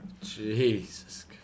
Jesus